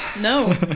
No